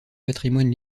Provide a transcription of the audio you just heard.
patrimoine